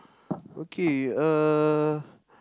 okay uh